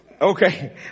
Okay